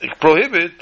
prohibit